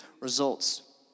results